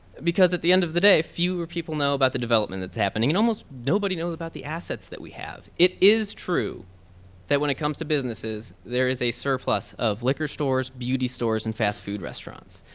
because at the end of the day, fewer people know about the development that's happening and almost nobody knows about the assets that we have. it is true that when it comes to businesses, there is a surplus of liquor stores, beauty stores and fast food restaurants.